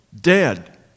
dead